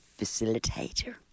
facilitator